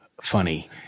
funny